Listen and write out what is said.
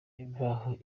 imvaho